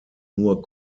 nur